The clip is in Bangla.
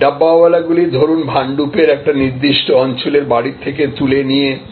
ডাব্বা গুলি ধরুন ভান্ডুপের একটি নির্দিষ্ট অঞ্চলের বাড়ী গুলি থেকে তুলে নিয়ে রেলওয়ে স্টেশনে নিয়ে যাওয়া হয়